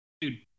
Dude